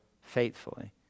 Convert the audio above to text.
faithfully